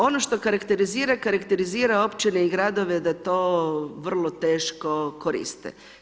Ono što karakterizira, karakterizira općine i gradove da to vrlo teško koriste.